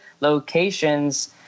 locations